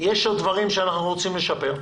שיש עוד דברים שאנחנו רוצים לשפר,